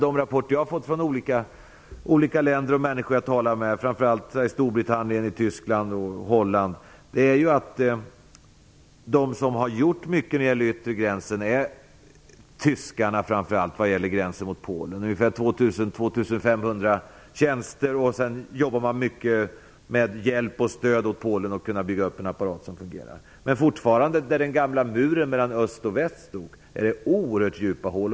De rapporter jag har fått från olika länder och olika människor som jag har talar med, framför allt i Storbritannien, Tyskland och Holland, är att de som har gjort mycket när det gäller de yttre gränserna framför allt är tyskarna - det gäller då gränsen mot Polen. Enligt uppgift rör det sig om ungefär 2 500 tjänster. Dessutom jobbar man mycket med hjälp och stöd åt Polen att bygga upp en apparat som fungerar. Men där den gamla muren mellan öst och väst stod är det fortfarande oerhört djupa hål.